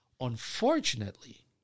Unfortunately